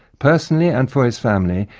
personally and for his family,